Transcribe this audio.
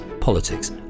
Politics